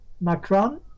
Macron